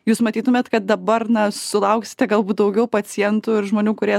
jūs matytumėt kad dabar na sulauksite galbūt daugiau pacientų ir žmonių kurie